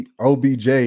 OBJ –